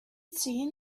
seen